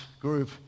group